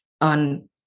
on